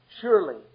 Surely